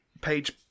page